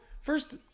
first